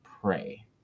pray